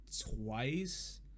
twice